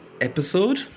episode